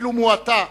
אפילו מועטה,